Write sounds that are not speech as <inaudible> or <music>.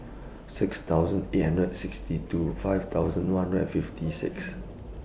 six thousand eight hundred sixty two five thousand one hundred and fifty six <noise>